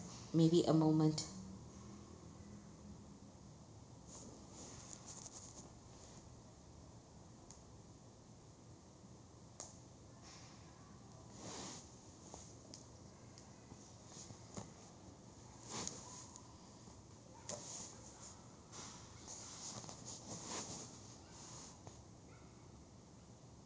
maybe a moment